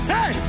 Hey